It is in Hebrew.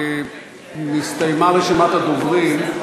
נסתיימה רשימת הדוברים.